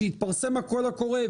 שיתפרסם קול הקורא,